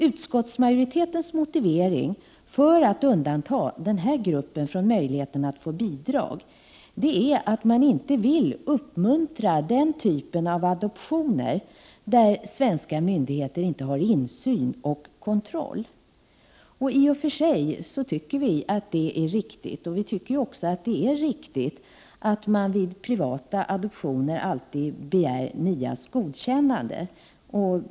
Utskottsmajoritetens motivering för att undanta den här gruppen från möjligheten att få bidrag är att man inte vill uppmuntra adoptioner där svenska myndigheter inte har insyn och kontroll. I och för sig tycker vi att det är riktigt. Vi tycker också att det är riktigt att man vid privata adoptioner alltid begär NIA:s godkännande.